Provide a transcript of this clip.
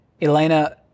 Elena